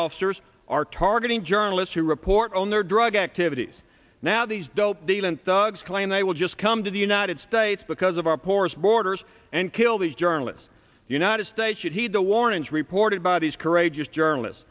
officers are targeting journalists who report on their drug activities now these dope deal and thugs claim they will just come to the united states because of our porous borders and kill these journalists the united states should heed the warnings reported by these courageous journalists